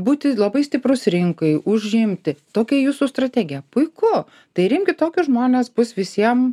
būti labai stiprus rinkai užimti tokią jūsų strategija puiku tai ir imkit tokius žmones bus visiem